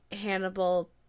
Hannibal